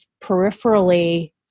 peripherally –